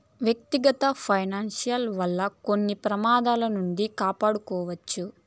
వ్యక్తిగత ఫైనాన్స్ వల్ల కొన్ని ప్రమాదాల నుండి కాపాడుకోవచ్చు